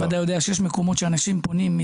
ודאי יודע שיש מקומות שאנשים פונים אליהם